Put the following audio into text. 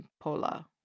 pola